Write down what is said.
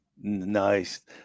Nice